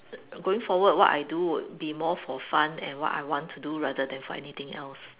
going forward what I do would be more for fun and what I want to do rather than for anything else